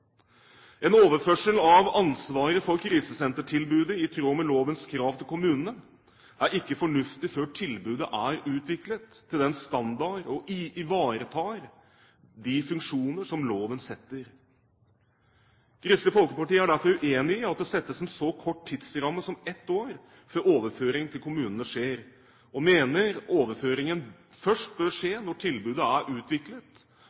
En overførsel av ansvaret for krisesentertilbudet i tråd med lovens krav til kommunene, er ikke fornuftig før tilbudet er utviklet til den standard og ivaretar de funksjoner som loven setter. Kristelig Folkeparti er derfor uenig i at det settes en så kort tidsramme som ett år før overføringen til kommunen skjer, og mener overføringen først bør skje når tilbudet er utviklet